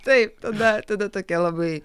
taip tada tada tokia labai